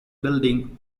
building